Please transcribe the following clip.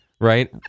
right